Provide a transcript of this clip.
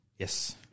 Yes